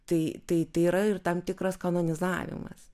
tai tai tai yra ir tam tikras kanonizavimas